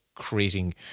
creating